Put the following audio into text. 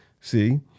see